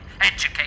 educate